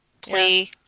play